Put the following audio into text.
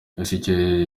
ese